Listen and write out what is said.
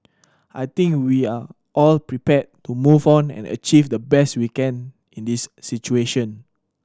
I think we are all prepared to move on and achieve the best we can in this situation